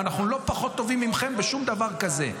אנחנו לא פחות טובים מכם בשום דבר כזה.